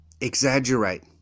exaggerate